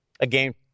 Again